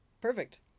Perfect